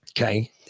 okay